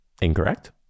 incorrect